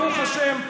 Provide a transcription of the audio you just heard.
ברוך השם,